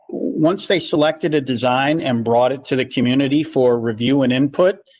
once they selected a design and brought it to the community for review and input.